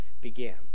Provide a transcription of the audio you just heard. began